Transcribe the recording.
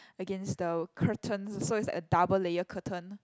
against the curtains so it's like a double layer curtain